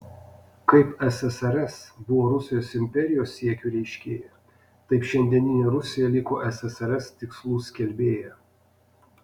kaip ssrs buvo rusijos imperijos siekių reiškėja taip šiandieninė rusija liko ssrs tikslų skelbėja